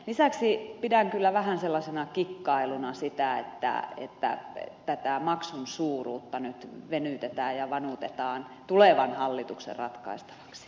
lisäksi pidän kyllä vähän sellaisena kikkailuna sitä että tätä maksun suuruutta nyt venytetään ja vanutetaan tulevan hallituksen ratkaistavaksi